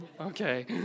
Okay